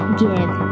give